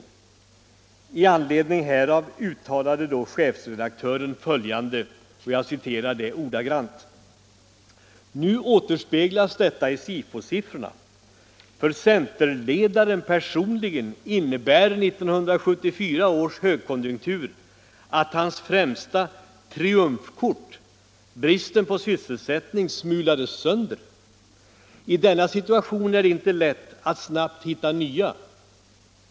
Med anledning härav uttalar chefredaktören följande: ”Nu återspeglas detta förhållande i SIFO-siffrorna. För centerledaren personligen innebär 1974 års högkonjunktur att hans främsta triumfkort, bristen på sysselsättning, smulades sönder. I denna situation är det inte lätt att snabbt hitta nya.